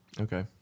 Okay